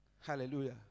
Hallelujah